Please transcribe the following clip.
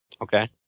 okay